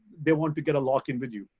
they want to get a lock in with you.